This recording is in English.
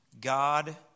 God